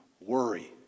worry